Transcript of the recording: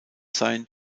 sein